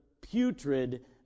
putrid